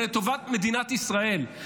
זה לטובת מדינת ישראל,